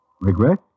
Regret